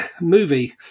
movie